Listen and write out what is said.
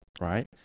right